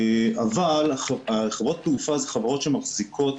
אבל חברות התעופה הן חברות שמחזיקות